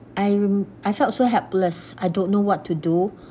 I'm I felt so helpless I don't know what to do